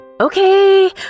Okay